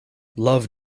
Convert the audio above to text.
love